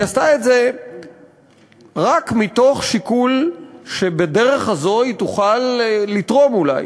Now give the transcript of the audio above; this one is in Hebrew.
היא עשתה את זה רק מתוך שיקול שבדרך הזאת היא תוכל לתרום אולי